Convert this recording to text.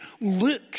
Look